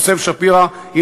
יוסף שפירא,